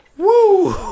Woo